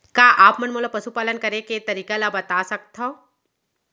का आप मन मोला पशुपालन करे के तरीका ल बता सकथव?